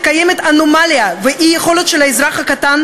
מתקיימת אנומליה ואי-יכולת של האזרח הקטן